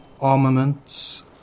armaments